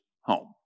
home